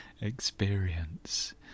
experience